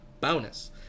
bonus